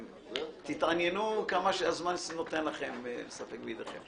תתעניינו כמה שהזמן יספק בידיכם.